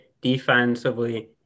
defensively